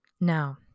Now